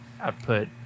output